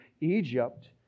Egypt